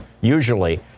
usually